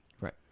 right